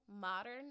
modern